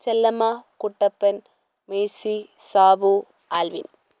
Chellamma Kuttappan Mercy Sabu Alvin